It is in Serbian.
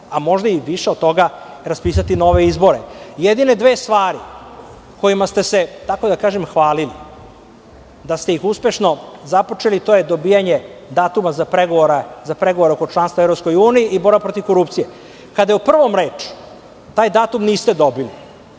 a možda i više od toga, raspisati nove izbore. Jedine dve stvari kojima ste da kažem hvalili da ste ih uspešno započeli, to je dobijanje datuma za pregovore oko članstva u EU i borba protiv korupcije. Kada je o prvom reč, taj datum niste dobili,